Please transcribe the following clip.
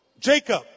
Jacob